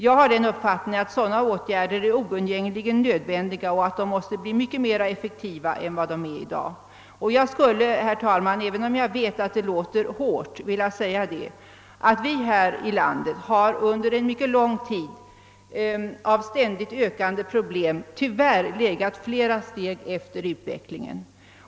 Jag har den uppfattningen, att sådana åtgärder är oundgängligen nödvändiga och att de måste göras mycket mera effektiva än vad de är i dag. Jag skulle, herr talman, även om jag vet att det låter hårt, vilja säga, att vi här i landet under en mycket lång tid av ständigt ökande problem tyvärr har legat flera steg efter i utvecklingen.